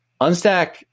Unstack